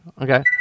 Okay